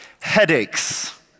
Headaches